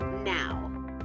now